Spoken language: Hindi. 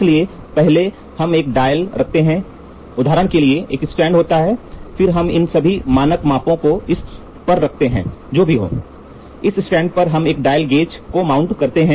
इसलिए पहले हमएक डायल रखते हैं उदाहरण के लिए एक स्टैंड होता है फिर हम इन सभी मानक मापों को इस पर रखते हैं जो भी हो इस स्टैंड पर हम एक डायल गेज को माउंट करते हैं